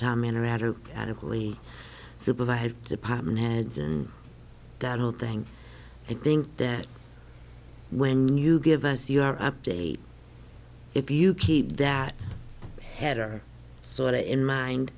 time in or out or adequately supervise department heads and that whole thing i think that when you give us your update if you keep that header sort it in mind